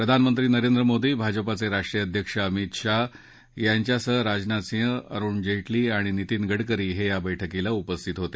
प्रधानमंत्री नरेंद्र मोदी भाजपाचे राष्ट्रीय अध्यक्ष अमित शाह यांच्यासह राजनाथ सिंह अरुण जेटली आणि नितीन गडकरी हे या बैठकीला उपस्थित होते